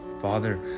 Father